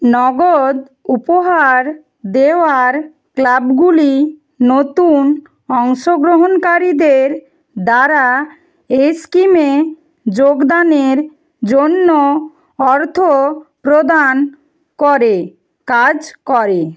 নগদ উপহার দেওয়ার ক্লাবগুলি নতুন অংশগ্রহণকারীদের দ্বারা এই স্কিমে যোগদানের জন্য অর্থ প্রদান করে কাজ করে